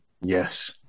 yes